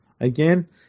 again